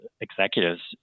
executives